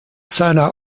seiner